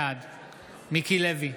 בעד מיקי לוי,